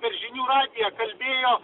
per žinių radiją kalbėjo